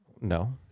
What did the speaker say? No